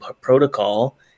protocol